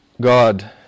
God